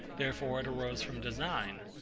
therefore it arose from design.